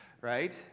right